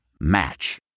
Match